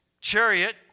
chariot